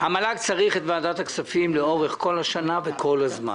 המל"ג צריך את ועדת הכספים לאורך כל השנה וכל הזמן.